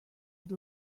had